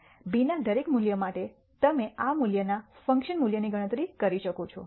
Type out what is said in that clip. Bના દરેક મૂલ્ય માટે તમે આ મૂલ્યના ફંકશન મૂલ્યની ગણતરી કરી શકો છો